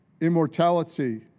Immortality